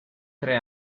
tre